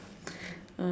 uh